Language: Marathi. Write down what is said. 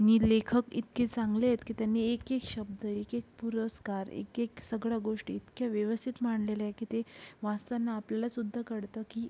नि लेखक इतके चांगले आहेत की त्यांनी एक एक शब्द एक एक पुरस्कार एक एक सगळं गोष्टी इतक्या व्यवस्थित मांडलेल्या आहे की ते वाचताना आपल्यालासुद्धा कळतं की